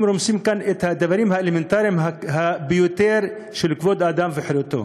אתם רומסים כאן את הדברים האלמנטריים ביותר של כבוד האדם וחירותו.